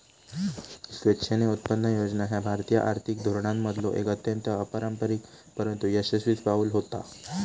स्वेच्छेने उत्पन्न योजना ह्या भारतीय आर्थिक धोरणांमधलो एक अत्यंत अपारंपरिक परंतु यशस्वी पाऊल होता